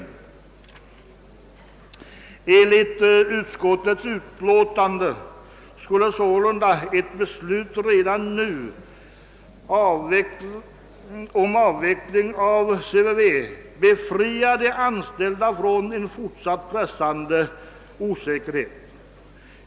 Enligt utskottets skrivning skulle ett beslut redan nu om avveckling av CVV befria de anställda från en »fortsatt pressande osäkerhet«.